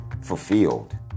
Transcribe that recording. Fulfilled